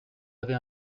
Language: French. avez